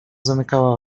zamykała